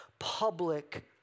public